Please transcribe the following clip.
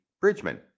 Bridgman